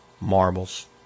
marbles